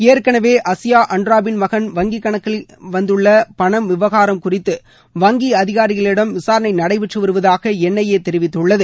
ஏற்கனவே அசியா அன்ராபின் மகன் வங்கி கணக்குகளில் வந் தள்ள பணம் விவகாரம் குறித்து வங்கி அதிகாரிகளிடம் விசாரணை நடைபெற்று வருவதாக என் ஐ ஏ தெரிவித்துள்ளது